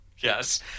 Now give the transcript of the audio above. Yes